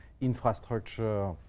infrastructure